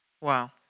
Wow